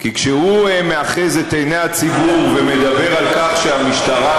כי כשהוא מאחז את עיני הציבור ומדבר על כך שהמשטרה,